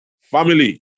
Family